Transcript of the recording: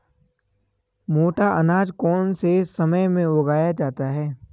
मोटा अनाज कौन से समय में उगाया जाता है?